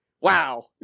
wow